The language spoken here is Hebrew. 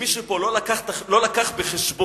מישהו פה לא הביא בחשבון